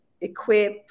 equip